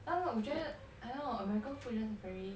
那种我觉得好像那种 american food is just very